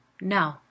No